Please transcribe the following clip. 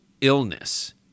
illness